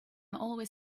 always